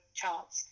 chance